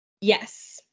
Yes